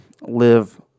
live